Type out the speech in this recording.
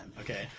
Okay